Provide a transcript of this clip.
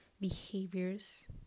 behaviors